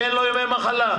שאין לו ימי מחלה.